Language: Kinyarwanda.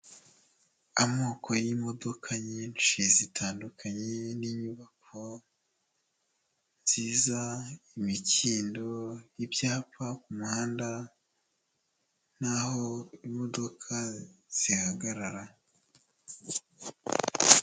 Amoko y'imodoka nyinshi zitandukanye n'inyubako nziza, imikindo y'ibyapa kumuhanda naho imodoka zihagarara.